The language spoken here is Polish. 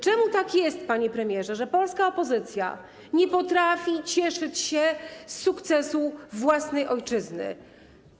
Czemu tak jest, panie premierze, że polska opozycja nie potrafi cieszyć się z sukcesu własnej ojczyzny?